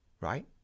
right